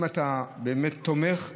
אם אתה באמת תומך,